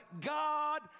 God